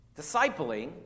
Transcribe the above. Discipling